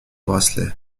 bracelet